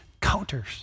counters